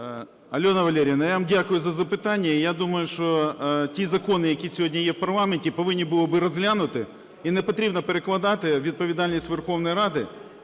Альона Валеріївна, я вам дякую за запитання. Я думаю, що ті закони, які сьогодні є в парламенті, повинні були би бути розглянуті. І не потрібно перекладати відповідальність Верховної Ради